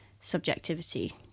subjectivity